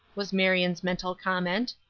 was marion's mental comment.